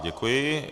Děkuji.